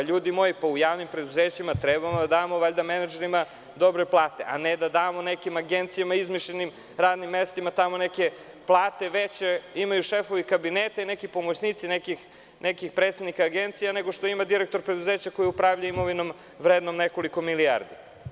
Ljudi moji, u javnim preduzećima treba da damo menadžerima dobre plate, a ne da damo nekim agencijama, izmišljenim radnim mestima plate veće koje imaju šefovi kabineta i pomoćnici nekih predsednika agencija nego što ima direktor preduzeća koji upravlja imovinom vrednom nekoliko milijardi.